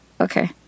okay